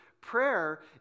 prayer